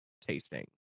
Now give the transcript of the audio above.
tasting